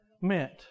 meant